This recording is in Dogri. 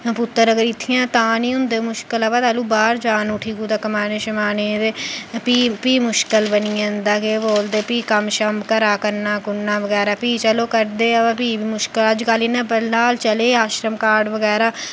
पुत्तर अगर इत्थै ऐ तां निं होंदी मुश्कल पर तैह्लू बाह्र जान उठी कुतै कमाने शमाने गी ते भी भी मुश्कल बनी जंदा केह् बोलदे भी कम्म शम्म घरै दा करना कुरना बगैर फ्ही चलो करदे ऐ पर फ्ही बी मुश्कल अजकल इ'यां फिलहाल चले दे आश्रम कार्ड बगैरा